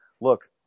look